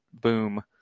boom